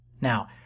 Now